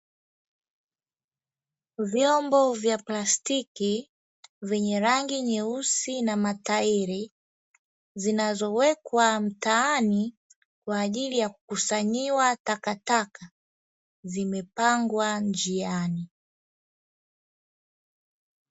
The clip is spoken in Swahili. Vyombo vya plastiki vyenye rangi nyeusi na matairi zinazowekwa mtaani kwajili yakukusanyiwa takataka zimepangwa njiani.